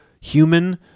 human